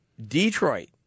Detroit